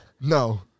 No